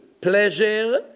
pleasure